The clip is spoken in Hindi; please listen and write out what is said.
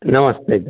नमस्ते